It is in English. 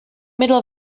middle